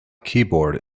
keyboard